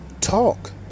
talk